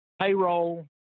payroll